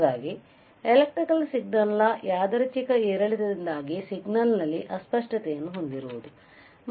ಹಾಗಾಗಿ ಎಲೆಕ್ಟ್ರಿಕಲ್ ಸಿಗ್ನಲ್ನ ಯಾದೃಚ್ಛಿಕ ಏರಿಳಿತದಿಂದಾಗಿ ಸಿಗ್ನಲ್ ನಲ್ಲಿ ಅಸ್ಪಷ್ಟತೆಯನ್ನು ಹೊಂದಿರುವುದು